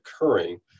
occurring